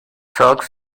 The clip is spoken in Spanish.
sox